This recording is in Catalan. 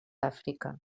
àfrica